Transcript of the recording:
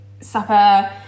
supper